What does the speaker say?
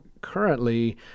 currently